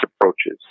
approaches